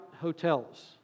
Hotels